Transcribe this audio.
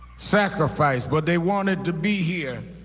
sacrifice but they wanted to be here,